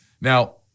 Now